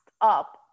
up